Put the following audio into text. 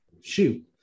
shoot